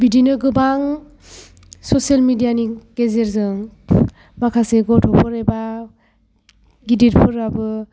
बिदिनो गोबां social media नि गेजेरजों माखासे गथ'फोर एबा गिदिरफोराबो